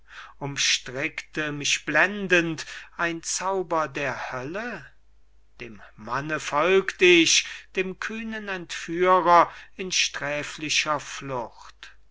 umstrickte mich blendend ein zauber der hölle dem manne folgt ich dem kühnen entführer in sträflicher flucht